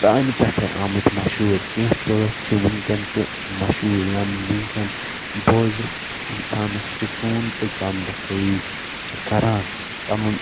پرانہِ پٮ۪ٹھے آمٕتۍ مشہوٗرکینہہ بٲتھ چھِ وٕنکٮ۪ن تہِ مشہوٗر یم وٕنکٮ۪ن بوٗزِتھ انسانس سکوٗن تہٕ غم دفٲیی چھِ کَران تمن